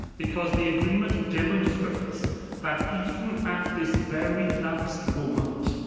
because the agreement demonstrates that even at this very last moment,